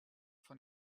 von